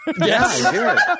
Yes